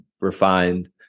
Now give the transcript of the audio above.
refined